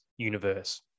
universe